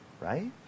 Right